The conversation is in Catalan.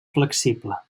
flexible